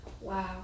Wow